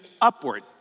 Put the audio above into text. upward